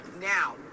Now